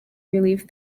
relieve